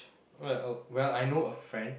well well I know a friend